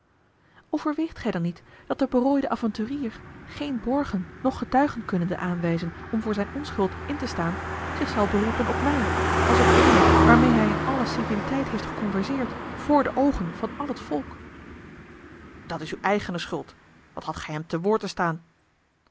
overweegt gij dan niet dat de berooide avonturier geene borgen noch getuigen kunnende aanwijzen om voor zijne onschuld in te staan zich zal beroepen op mij als op eene waarmeê hij in alle civiliteit heeft geconverseerd voor de oogen van al het volk dat is uwe eigene schuld wat hadt gij hem te woord te staan